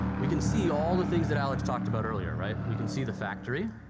we can see all the things that alex talked about earlier, right? we can see the factory,